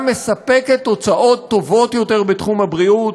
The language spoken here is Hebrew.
מספקת תוצאות טובות יותר בתחום הבריאות.